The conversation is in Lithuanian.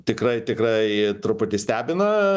tikrai tikrai truputį stebina